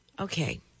Okay